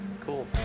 cool